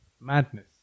Madness